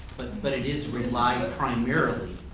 but it is relied primarily,